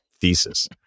thesis